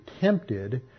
tempted